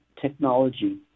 technology